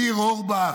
ניר אורבך,